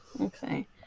Okay